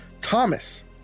Thomas